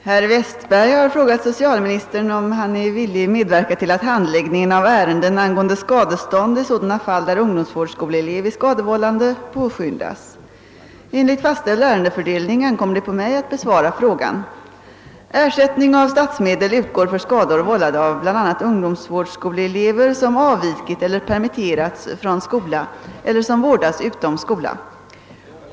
Herr talman! Herr Westberg har frågat socialministern om han är villig medverka till att handläggningen av ärenden angående skadestånd i sådana fall, där ungdomsvårdsskoleelev är skadevållande, påskyndas. Enligt fastställd ärendefördelning ankommer det på mig att besvara frågan. Ersättning av statsmedel utgår för skador vållade av bl.a. ungdomsvårdsskoleelever som avvikit eller permitterats från skola eller som vårdas utom skola.